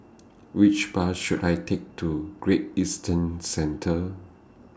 Which Bus should I Take to Great Eastern Centre